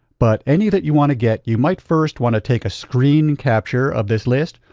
but any that you want to get, you might first want to take a screen capture of this list,